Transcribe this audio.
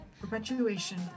perpetuation